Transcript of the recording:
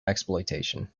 exploitation